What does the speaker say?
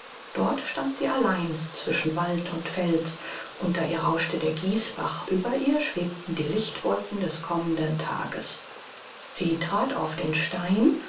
dort stand sie allein zwischen wald und fels unter ihr rauschte der gießbach über ihr schwebten die lichtwolken des kommenden tages sie trat auf den stein